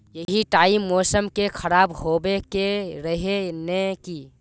यही टाइम मौसम के खराब होबे के रहे नय की?